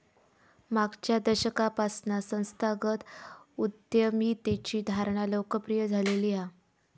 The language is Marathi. मागच्या दशकापासना संस्थागत उद्यमितेची धारणा लोकप्रिय झालेली हा